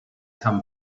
come